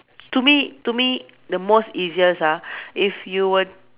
to me to me the most easiest ah if you were